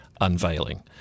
unveiling